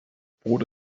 brot